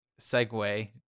segue